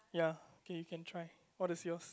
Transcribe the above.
ya can can you can try all the sales